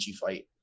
fight